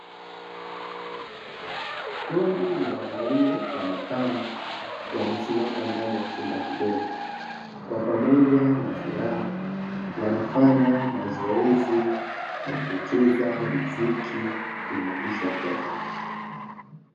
Kundi la wanaume wa makamo wamesimama ndani ya chumba kidogo kwa pamoja na furaha wanafanya mazoezi ya kucheza mziki kuimarisha afya zao.